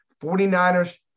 49ers